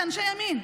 כאנשי ימין,